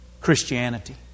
Christianity